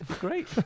great